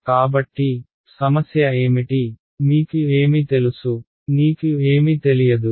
కాబట్టి సమస్య ఏమిటి మీకు ఏమి తెలుసు నీకు ఏమి తెలియదు